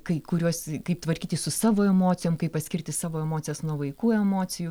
kai kuriuos kaip tvarkytis su savo emocijom kaip atskirti savo emocijas nuo vaikų emocijų